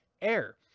air